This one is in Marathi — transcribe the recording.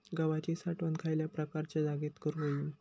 गव्हाची साठवण खयल्या प्रकारच्या जागेत करू होई?